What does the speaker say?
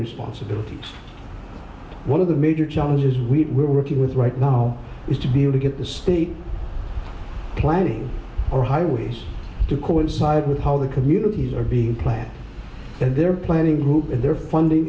responsibility one of the major challenges we're working with right now is to be able to get the state planning or highways to coincide with how the communities are being planned and their planning group and their funding